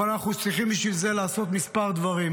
אבל אנחנו צריכים בשביל זה לעשות כמה דברים: